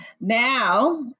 now